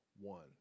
one